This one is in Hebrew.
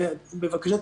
ובבקשה,